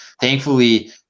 thankfully